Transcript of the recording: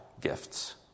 gifts